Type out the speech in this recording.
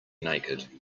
naked